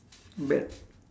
bad